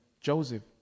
Joseph